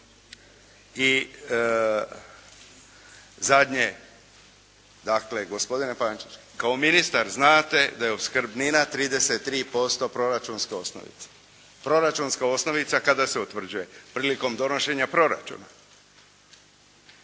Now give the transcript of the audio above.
I zadnje, dakle gospodine Pančić kao ministar znate da je opskrbnina 33% proračunske osnovice. Proračunska osnovica kada se utvrđuje? Prilikom donošenja proračuna.